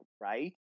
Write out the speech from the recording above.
right